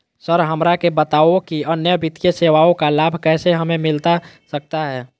Sir हमरा के बताओ कि अन्य वित्तीय सेवाओं का लाभ कैसे हमें मिलता सकता है?